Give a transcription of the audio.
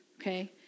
okay